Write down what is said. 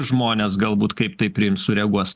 žmonės galbūt kaip tai priims sureaguos